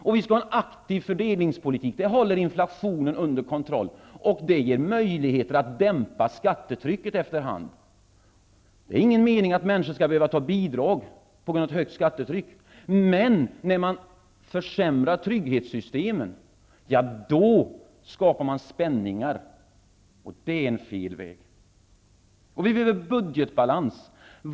Vi skall ha en aktiv fördelningspolitik. Det håller inflationen under kontroll och ger möjligheter att dämpa skattetrycket efter hand. Det är ingen mening med att människor skall behöva bidrag på grund av ett högt skattetryck. Men när man försämrar trygghetssystemen skapar man spänningar. Det är fel väg. Vi behöver budgetbalans.